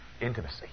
intimacy